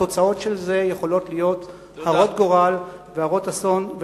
התוצאות של זה יכולות להיות הרות גורל והרות אסון.